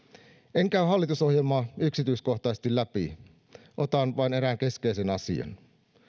en käy hallitusohjelmaa yksityiskohtaisesti läpi otan vain erään keskeisen asian